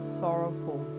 sorrowful